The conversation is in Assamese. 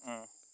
অঁ